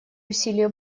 усилия